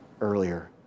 earlier